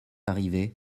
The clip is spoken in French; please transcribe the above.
arrivé